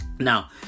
Now